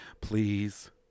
Please